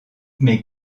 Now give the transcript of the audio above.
mais